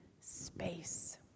space